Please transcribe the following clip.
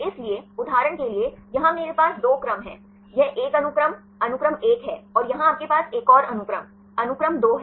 इसलिए उदाहरण के लिए यहां मेरे पास दो क्रम हैं यह एक अनुक्रम अनुक्रम 1 है और यहां आपके पास एक और अनुक्रम अनुक्रम 2 है